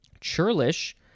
Churlish